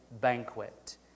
banquet